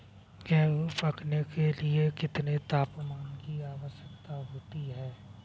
गेहूँ पकने के लिए कितने तापमान की आवश्यकता होती है?